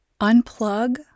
Unplug